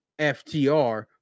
FTR